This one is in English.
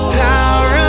power